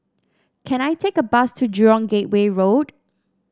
can I take a bus to Jurong Gateway Road